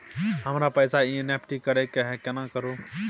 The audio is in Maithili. हमरा पैसा एन.ई.एफ.टी करे के है केना करू?